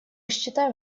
считаем